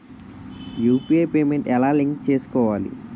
UPI payment ఎలా link చేసుకోవాలి?